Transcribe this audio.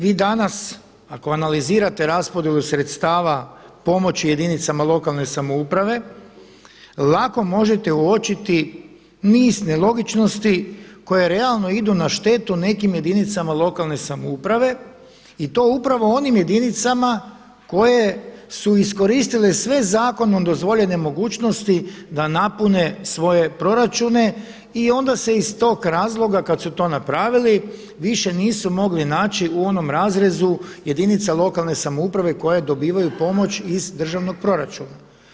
Mi danas, ako analizirate raspodjelu sredstava pomoći jedinicama lokalne samouprave, lako možete uočiti niz nelogičnosti koje realno idu na štetu nekim jedinicama lokalne samouprave i to upravo onim jedinicama koje su iskoristile sve zakonom dozvoljene mogućnosti da napune svoje proračune, i onda se iz tog razloga kad su to napravili više nisu mogli naći u onom razrezu jedinica lokalne samouprave koje dobivaju pomoć iz državnog proračuna.